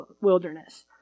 wilderness